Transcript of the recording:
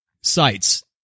sites